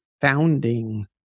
founding